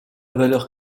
valeur